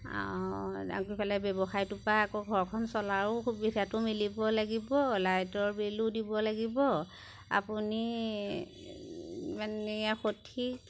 ফালে ব্যৱসায়টোৰ পৰা আকৌ ঘৰখন চলাৰো সুবিধাটো মিলিব লাগিব লাইটৰ বিলো দিব লাগিব আপুনি মানে সঠিক